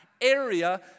area